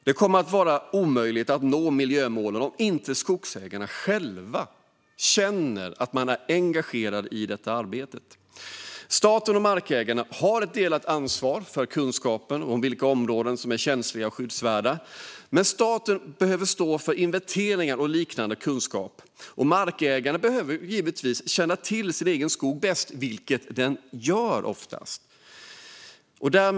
Det kommer att vara omöjligt att nå miljömålen om inte skogsägarna själva känner att de är engagerade i detta arbete. Staten och markägarna har ett delat ansvar för kunskapen om vilka områden som är känsliga och skyddsvärda. Staten behöver stå för inventeringar och liknande. Markägarna behöver givetvis känna till sin egen skog bäst, vilket de oftast också gör.